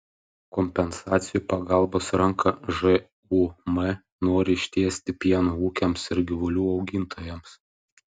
kompensacijų pagalbos ranką žūm nori ištiesti pieno ūkiams ir gyvulių augintojams